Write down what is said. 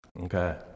Okay